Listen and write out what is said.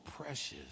precious